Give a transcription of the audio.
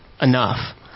enough